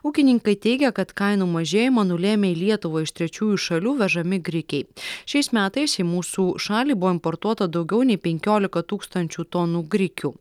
ūkininkai teigia kad kainų mažėjimą nulėmė į lietuvą iš trečiųjų šalių vežami grikiai šiais metais į mūsų šalį buvo importuota daugiau nei penkiolika tūkstančių tonų grikių